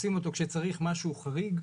עושים אותו כשצריך משהו חריג.